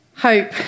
Hope